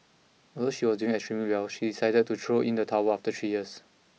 although she was doing extremely well she decided to throw in the towel after three years